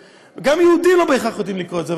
גם יהודים לא יודעים בהכרח לקרוא את זה,